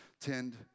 tend